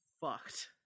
Fucked